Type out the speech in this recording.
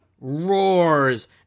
roars